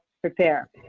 prepare